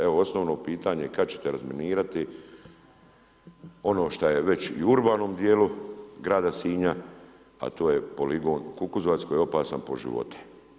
Evo osnovno pitanje kad će te razminirati ono što je već i u urbanom dijelu grada Sinja, a to je poligon Kukuzovac koji je opasan po živote.